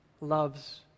loves